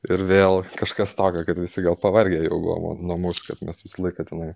ir vėl kažkas tokio kad visi gal pavargę jau buvo nuo mūsų kad mes visą laiką tenai